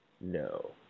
no